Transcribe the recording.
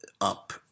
up